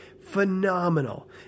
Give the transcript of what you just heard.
Phenomenal